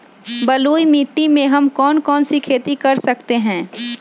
बलुई मिट्टी में हम कौन कौन सी खेती कर सकते हैँ?